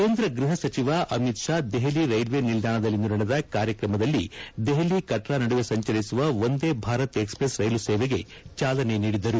ಕೇಂದ್ರ ಗೃಹ ಸಚಿವ ಅಮಿತ್ ಶಾ ದೆಹಲಿ ರೈಲ್ವೆ ನಿಲ್ದಾಣದಲ್ಲಿಂದು ನಡೆದ ಕಾರ್ಯಕ್ರಮದಲ್ಲಿ ದೆಹಲಿ ಕಟ್ರಾ ನಡುವೆ ಸಂಚರಿಸುವ ವಂದೇ ಭಾರತ್ ಎಕ್ಸ್ಪ್ರೆಸ್ ರೈಲು ಸೇವೆಗೆ ಚಾಲನೆ ನೀಡಿದರು